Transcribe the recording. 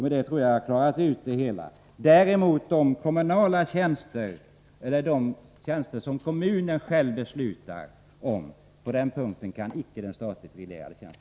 Med detta tror jag att jag har klarat ut det hela. För de tjänster som kommunen själv beslutar om kan däremot inte samma bestämmelser gälla som för en statligt reglerad tjänst.